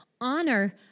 Honor